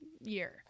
year